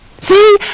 See